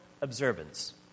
observance